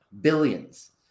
Billions